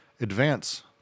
advance